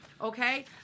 okay